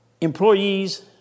Employees